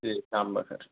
جی شام بخیر